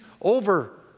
over